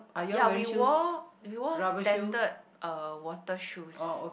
ya we wore we wore standard uh water shoes